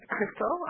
Crystal